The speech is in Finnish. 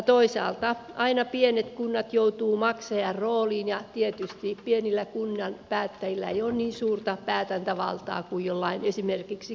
toisaalta aina pienet kunnat joutuvat maksajan rooliin ja tietysti pienen kunnan päättäjillä ei ole niin suurta päätäntävaltaa kuin esimerkiksi jollain keskuskaupungilla